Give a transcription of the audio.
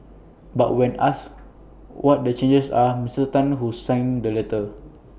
but when asked what the changes are Mr Tan who signed the letter